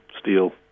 steel